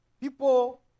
people